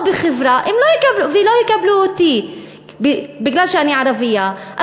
בחברה ולא יקבלו אותי בגלל שאני ערבייה,